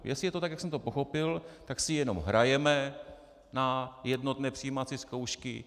Jestli je to tak, jak jsem to pochopil, tak si jenom hrajeme na jednotné přijímací zkoušky.